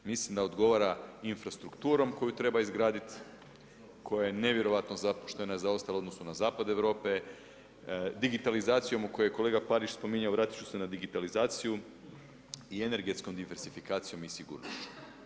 Mislim da odgovara infrastrukturom koju treba izgradit, koja je nevjerojatno zapuštena i zaostala u odnosu na zapad Europe, digitalizacijom koju je kolega Parić spominjao vratit ću se na digitalizaciju i energetskom diverzifikacijom i sigurnošću.